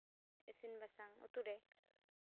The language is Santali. ᱤᱥᱤᱱ ᱵᱟᱥᱟᱝ ᱩᱛᱩ ᱨᱮ